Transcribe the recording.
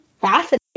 fascinating